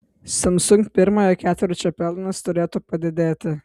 samsung pirmojo ketvirčio pelnas turėtų padidėti